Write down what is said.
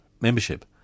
membership